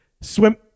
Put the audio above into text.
Swim